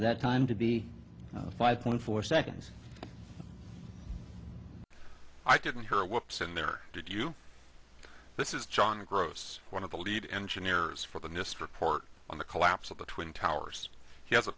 that time to be five point four seconds i didn't hear what's in there did you this is john grosz one of the lead engineers for the nist report on the collapse of the twin towers he has a